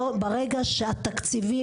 ברגע שהתקציבים,